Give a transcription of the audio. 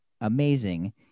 amazing